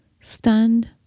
stunned